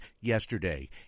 yesterday